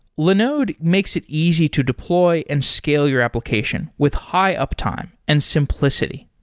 linode makes it easy to deploy and scale your application with high-uptime and simplicity.